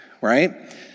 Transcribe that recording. right